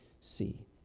see